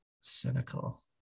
Cynical